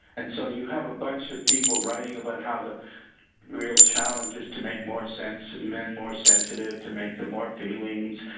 and so, you have a bunch of people writing about how the real challenge is to make more sense, men more sensitive, to make them more feelings,